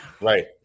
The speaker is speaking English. Right